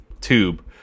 tube